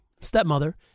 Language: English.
stepmother